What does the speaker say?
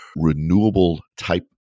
renewable-type